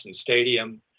Stadium